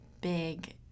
big